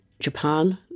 Japan